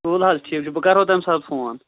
تُل حظ ٹھیٖک چھُ بہٕ کرہو تَمہِ ساتہٕ فون